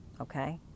okay